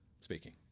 speaking